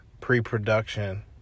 pre-production